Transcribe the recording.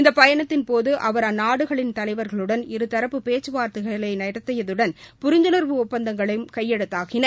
இந்த பயணத்தின்போது அவர் அந்நாடுகளின் தலைவர்களுடன் இருதரப்பு பேச்சுவார்த்தைகளை நடத்தியதுடன் புரிந்துணர்வு ஒப்பந்தங்களம் கையெழுத்தாகின